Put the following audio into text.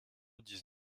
dix